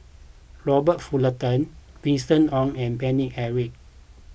Robert Fullerton Winston Oh and Paine Eric